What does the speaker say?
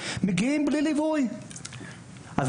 יגיעו ילדים ללא ליווי להילולה של ה ---,